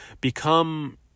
become